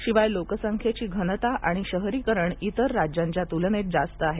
शिवाय लोकसंख्येची घनता आणि शहरीकरण इतर राज्यांच्या तुलनेत जास्त आहे